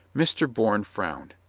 mr. bourne frowned.